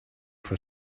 for